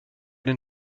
den